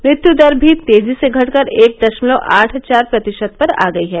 मृत्यू दर भी तेजी से घटकर एक दशमलव आठ चार प्रतिशत पर आ गई है